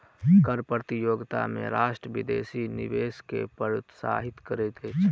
कर प्रतियोगिता में राष्ट्र विदेशी निवेश के प्रोत्साहित करैत अछि